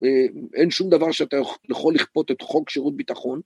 אין שום דבר שאתה יכול לכפות את חוק שירות ביטחון.